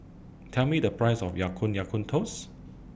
Tell Me The Price of Ya Kun Ya Kun Toast